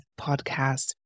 podcast